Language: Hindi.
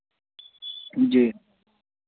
जी